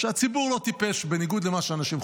הציבור לא טיפש, בניגוד למה שאנשים חושבים.